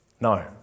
No